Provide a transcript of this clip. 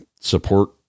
support